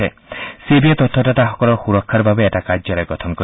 ছেবিয়ে তথ্যদাতাসকলৰ সূৰক্ষাৰ বাবে এটা কাৰ্যালয় গঠন কৰিব